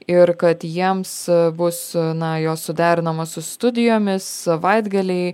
ir kad jiems bus na jos suderinamos su studijomis savaitgaliai